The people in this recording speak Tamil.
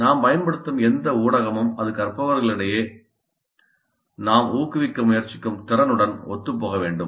நாம் பயன்படுத்தும் எந்த ஊடகமும் அது கற்பவர்களிடையே நாம் ஊக்குவிக்க முயற்சிக்கும் திறனுடன் ஒத்துப்போக வேண்டும்